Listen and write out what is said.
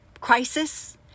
crisis